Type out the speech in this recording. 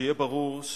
שיהיה ברור,